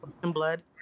blood